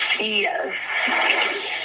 yes